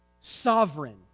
sovereign